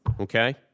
Okay